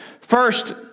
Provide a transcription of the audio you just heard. First